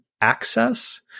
access